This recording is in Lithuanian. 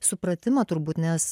supratimą turbūt nes